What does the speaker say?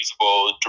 usable